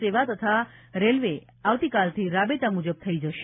સેવા તથા રેલવે આવતીકાલથી રાબેતા મુજબ થઇ જશે